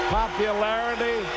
popularity